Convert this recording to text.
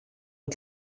und